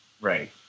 Right